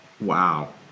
Wow